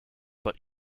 but